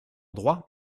droit